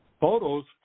photos